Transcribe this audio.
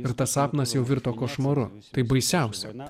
ir tas sapnas jau virto košmaru tai baisiausia ana